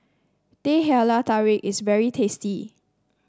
Teh Halia Tarik is very tasty